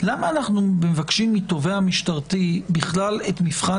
למה אנחנו מבקשים מהתובע המשטרתי את מבחן